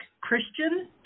Christian